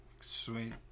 Sweet